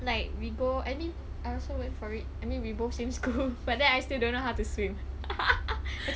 like we go I mean I also went for it I mean we both same school but then I still don't know how to swim ah